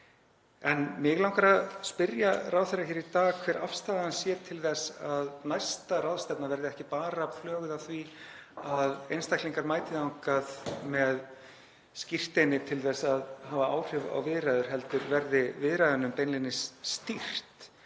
Mig langar að spyrja ráðherra í dag hver afstaða hans sé til þess að næsta ráðstefna verði ekki bara plöguð af því að einstaklingar mæti þangað með skírteini til að hafa áhrif á viðræður, heldur verði viðræðunum beinlínis stýrt